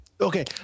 Okay